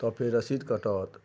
तब फेर रसीद कटत